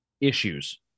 Issues